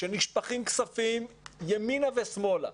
כשנשפכים כספים ימינה ושמאלה,